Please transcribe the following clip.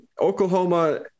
Oklahoma